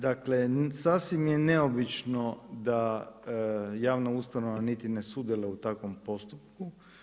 Dakle sasvim je neobično da javna ustanova niti ne sudjeluje u takvom postupku.